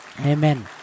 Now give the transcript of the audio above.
Amen